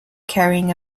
carrying